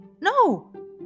No